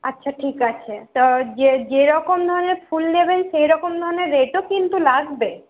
আচ্ছা ঠিক আছে যে যেরকম ধরণের ফুল নেবেন সেইরকম ধরণের রেটও কিন্তু লাগবে